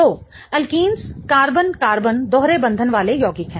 तो alkenes carbon carbon दोहरे बंधन वाले यौगिक हैं